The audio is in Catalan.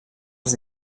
els